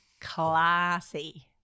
Classy